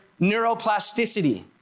neuroplasticity